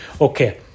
Okay